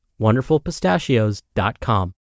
wonderfulpistachios.com